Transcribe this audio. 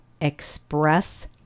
express